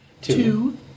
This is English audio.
two